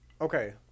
okay